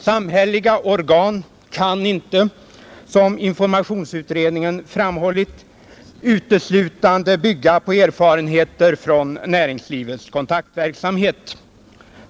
Samhälleliga organ kan inte som informationsutredningen framhållit uteslutande bygga på erfarenheter från näringslivets kontaktverksamhet.